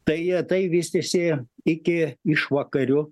tai jie tai vystėsi iki išvakarių